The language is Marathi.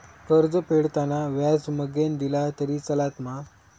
कर्ज फेडताना व्याज मगेन दिला तरी चलात मा?